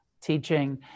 teaching